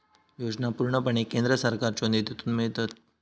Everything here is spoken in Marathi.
योजना पूर्णपणे केंद्र सरकारच्यो निधीतून मिळतत